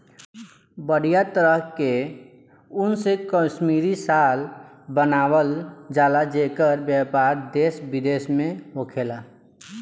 बढ़िया तरह के ऊन से कश्मीरी शाल बनावल जला जेकर व्यापार देश विदेश में होखेला